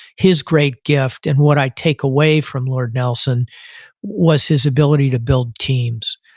his great gift and what i take away from lord nelson was his ability to build teams.